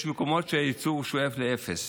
יש מקומות שהייצוג שואף לאפס,